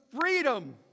freedom